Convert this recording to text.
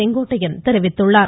செங்கோட்டையன் தெரிவித்துள்ளார்